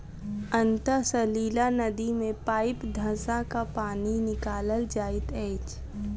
अंतः सलीला नदी मे पाइप धँसा क पानि निकालल जाइत अछि